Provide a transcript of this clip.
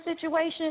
situation